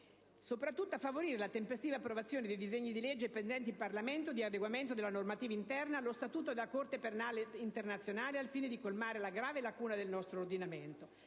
generale; a favorire la tempestiva approvazione dei disegni di legge pendenti in Parlamento di adeguamento della normativa interna allo Statuto della Corte Penale Internazionale ai fin di colmare una grave lacuna del nostro ordinamento;